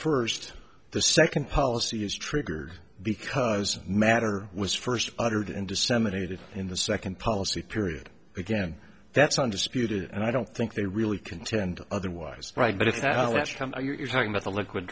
the second policy is triggered because matter was first uttered and disseminated in the second policy period again that's under speed and i don't think they really contend otherwise right but if you're talking about the liquid